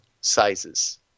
sizes